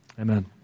Amen